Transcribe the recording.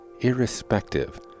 irrespective